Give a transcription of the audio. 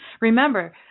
Remember